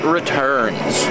Returns